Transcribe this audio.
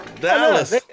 Dallas